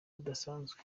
budasanzwe